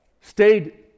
Stayed